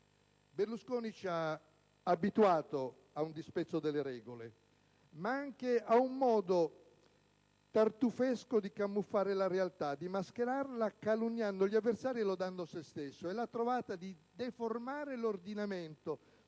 Berlusconi ci ha abituato al disprezzo delle regole, ma anche a un modo tartufesco di camuffare la realtà, di mascherarla, calunniando gli avversari e lodando se stesso. E la trovata di deformare l'ordinamento,